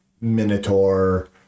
minotaur